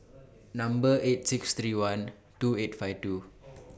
Number eight six three one two eight five two